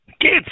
kids